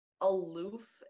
aloof